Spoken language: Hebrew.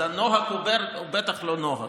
אז הנוהג הקודם הוא בטח כבר לא נוהג,